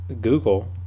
Google